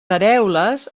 arèoles